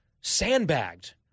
sandbagged